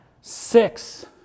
six